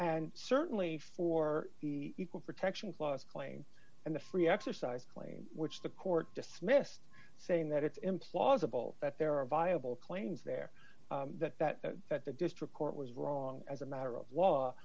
and certainly for the equal protection clause claim and the free exercise claim which the court dismissed saying that it's implausible that there are viable claims there that that that the district court was wrong as a matter of law